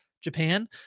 Japan